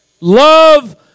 Love